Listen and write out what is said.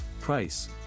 Price